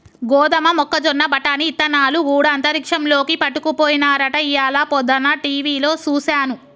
గోదమ మొక్కజొన్న బఠానీ ఇత్తనాలు గూడా అంతరిక్షంలోకి పట్టుకపోయినారట ఇయ్యాల పొద్దన టీవిలో సూసాను